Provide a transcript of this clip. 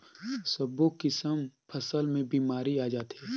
सब्बो किसम फसल मे बेमारी आ जाथे